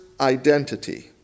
identity